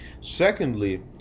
Secondly